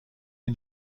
این